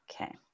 Okay